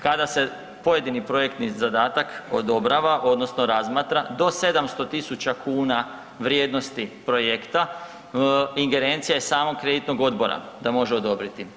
Kada se pojedini projektni zadatak odobrava odnosno razmatra do 700.000 kuna vrijednosti projekta ingerencija je samog kreditnog odbora da može odobriti.